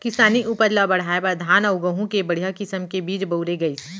किसानी उपज ल बढ़ाए बर धान अउ गहूँ के बड़िहा किसम के बीज बउरे गइस